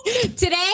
Today